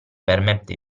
permette